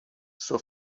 suo